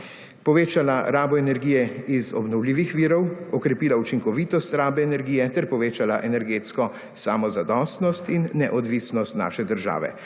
Povečala rabo energije iz obnovljivih virov, okrepila učinkovitost rabe energije ter povečala energetsko samozadostnost in neodvisnost naše države.